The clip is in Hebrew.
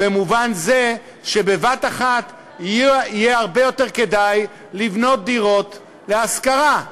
במובן זה שבבת-אחת יהיה הרבה יותר כדאי לבנות דירות להשכרה.